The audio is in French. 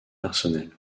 personnel